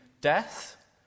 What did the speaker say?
death